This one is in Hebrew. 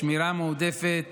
עבודה מועדפת